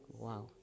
Wow